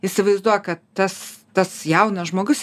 įsivaizduok kad tas tas jaunas žmogus